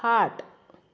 खाट